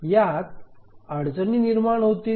यात अडचणी निर्माण होतील